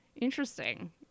Interesting